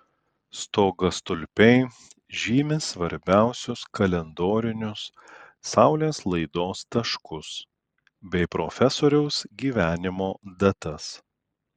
stogastulpiai žymi svarbiausius kalendorinius saulės laidos taškus bei profesoriaus gyvenimo datas